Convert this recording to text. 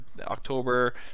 October